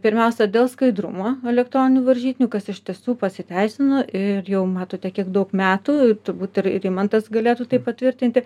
pirmiausia dėl skaidrumo elektroninių varžytinių kas iš tiesų pasiteisino ir jau matote kiek daug metų ir turbūt ir rimantas galėtų tai patvirtinti